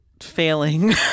failing